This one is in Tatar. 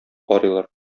карыйлар